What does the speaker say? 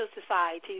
society